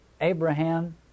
Abraham